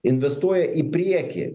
investuoja į priekį